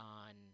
on